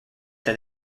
that